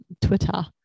twitter